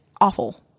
awful